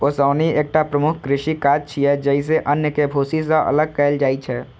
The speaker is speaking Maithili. ओसौनी एकटा प्रमुख कृषि काज छियै, जइसे अन्न कें भूसी सं अलग कैल जाइ छै